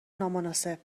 نامناسب